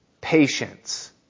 patience